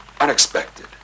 unexpected